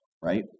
right